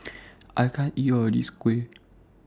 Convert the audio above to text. I can't eat All of This Kuih